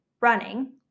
running